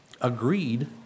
agreed